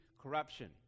corruption